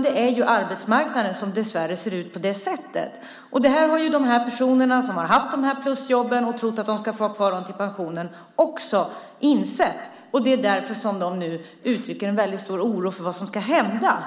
Det är ju arbetsmarknaden som dessvärre ser ut på det sättet. Det har ju de personer som har haft de här plusjobben och trott att de ska få ha kvar dem till pensionen också insett, och det är därför de nu uttrycker en väldigt stor oro för vad som ska hända.